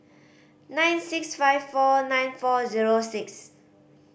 nine six five four nine four zero six